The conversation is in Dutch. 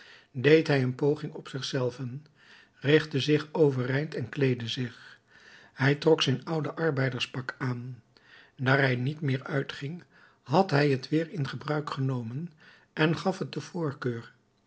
deed hij een poging op zich zelven richtte zich overeind en kleedde zich hij trok zijn oud arbeiderspak aan daar hij niet meer uitging had hij het weer in gebruik genomen en gaf het de voorkeur